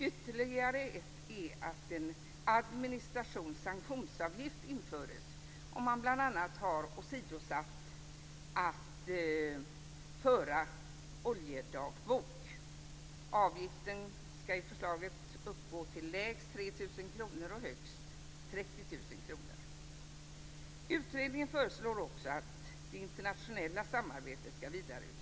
Ytterligare ett förslag är att en administrations och sanktionsavgift införs om någon har åsidosatt att föra oljedagbok. 3 000 kr och högst 30 000 kr. Man föreslår också i utredningen att det internationella samarbetet skall vidareutvecklas.